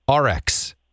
RX